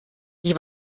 die